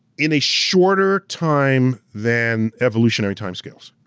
in a shorter time than evolutionary timescales.